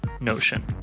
Notion